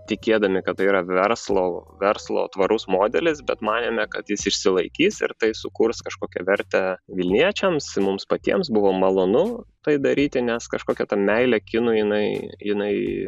tikėdami kad tai yra verslo verslo tvarus modelis bet manėme kad jis išsilaikys ir tai sukurs kažkokią vertę vilniečiams mums patiems buvo malonu tai daryti nes kažkokia ta meilė kinui jinai jinai